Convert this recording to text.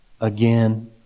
again